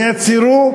נעצרו,